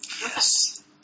Yes